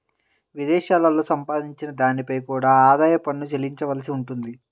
విదేశాలలో సంపాదించిన దానిపై కూడా ఆదాయ పన్ను చెల్లించవలసి ఉంటుంది